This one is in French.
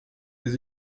des